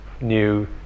new